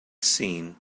seen